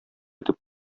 итеп